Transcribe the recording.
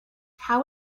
how